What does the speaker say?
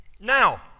Now